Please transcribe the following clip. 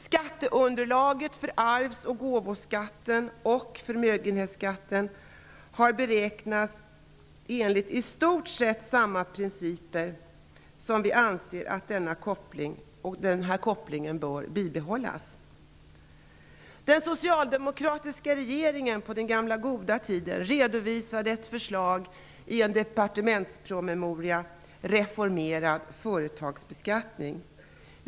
Skatteunderlaget för arvs och gåvoskatten och förmögenhetsskatten har beräknats enligt i stort sett samma principer, och vi anser att den kopplingen bör bibehållas. Den socialdemokratiska regeringen på den gamla goda tiden redovisade ett förslag i en departementspromemoria, Reformerad företagsbeskattning.